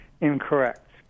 incorrect